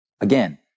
again